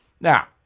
Now